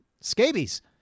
scabies